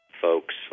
folks